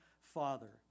father